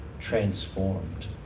transformed